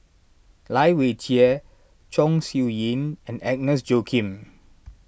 Lai Weijie Chong Siew Ying and Agnes Joaquim